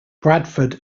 bradford